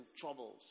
troubles